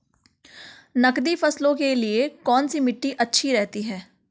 नकदी फसलों के लिए कौन सी मिट्टी अच्छी रहती है?